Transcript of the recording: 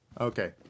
Okay